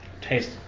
taste